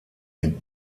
mit